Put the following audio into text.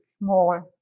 more